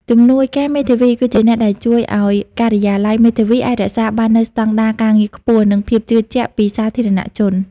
ជំនួយការមេធាវីគឺជាអ្នកដែលជួយឱ្យការិយាល័យមេធាវីអាចរក្សាបាននូវស្តង់ដារការងារខ្ពស់ និងភាពជឿជាក់ពីសាធារណជន។